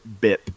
Bip